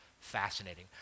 fascinating